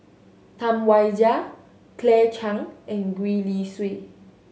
Tam Wai Jia Claire Chiang and Gwee Li Sui